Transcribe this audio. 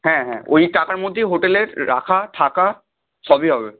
হ্যাঁ হ্যাঁ ওই টাকার মধ্যেই হোটেলের রাখা থাকা সবই হবে